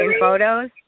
photos